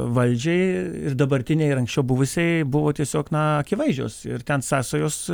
valdžiai ir dabartinei ir anksčiau buvusiai buvo tiesiog na akivaizdžios ir ten sąsajos